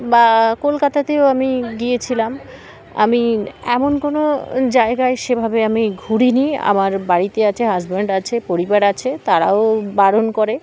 বা কলকাতাতেও আমি গিয়েছিলাম আমি এমন কোনো জায়গায় সেভাবে আমি ঘুরিনি আমার বাড়িতে আছে হাজব্যান্ড আছে পরিবার আছে তারাও বারণ করে